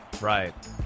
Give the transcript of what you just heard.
Right